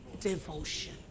devotion